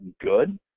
good